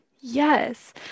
Yes